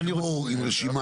אנחנו לא נגמור עם רשימה.